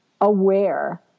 aware